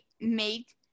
make